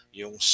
yung